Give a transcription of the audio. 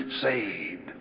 saved